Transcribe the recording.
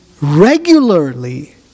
regularly